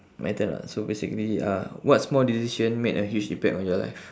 my turn [what] so basically uh what small decision made a huge impact on your life